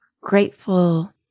grateful